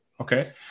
okay